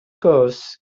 gwrs